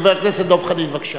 חבר הכנסת דב חנין, בבקשה.